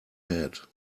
head